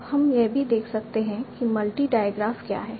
अब हम यह भी देख सकते हैं कि मल्टी डायग्राफ क्या है